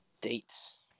Dates